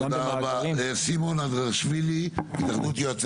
תודה רבה, שימי אדזיאשוילי, התאחדות יועצי